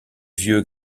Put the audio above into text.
vieux